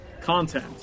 content